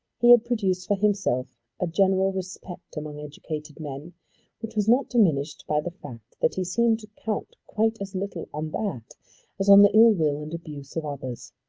he had produced for himself a general respect among educated men which was not diminished by the fact that he seemed to count quite as little on that as on the ill-will and abuse of others.